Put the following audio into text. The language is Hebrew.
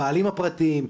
הבעלים הפרטיים,